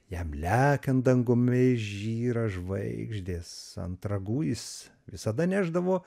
jam lekiant dangumi žyra žvaigždės ant ragų jis visada nešdavo